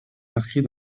inscrits